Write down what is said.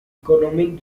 economic